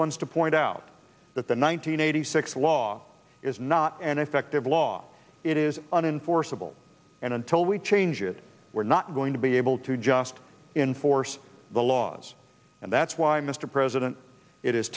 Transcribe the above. ones to point out that the one nine hundred eighty six law is not an effective law it is an in forcible and until we change it we're not going to be able to just inforce the laws and that's why mr president it is